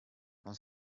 non